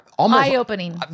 Eye-opening